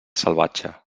salvatge